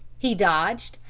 he dodged,